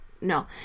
No